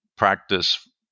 practice